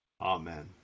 Amen